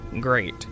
Great